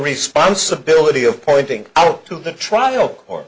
responsibility of pointing out to the trial